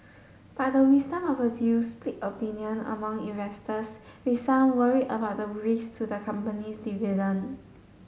but the wisdom of the deal split opinion among investors with some worried about the risk to the company's dividend